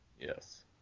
yes